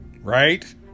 right